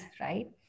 right